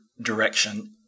direction